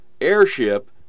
airship